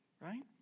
Right